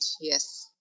Yes